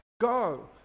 Go